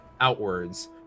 outwards